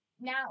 now